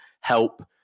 help